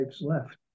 left